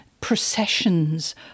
processions